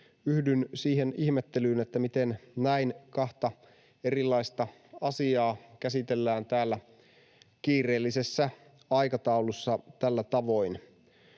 yhdyn siihen ihmettelyyn, miten kahta näin erilaista asiaa käsitellään täällä kiireellisessä aikataulussa tällä tavoin.